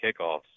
kickoffs